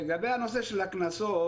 לגבי הנושא של הקנסות,